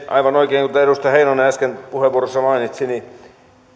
aivan oikein kuten edustaja heinonen äsken puheenvuorossaan mainitsi